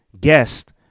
guest